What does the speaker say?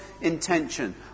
intention